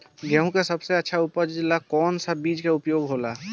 गेहूँ के सबसे अच्छा उपज ला कौन सा बिज के उपयोग होला?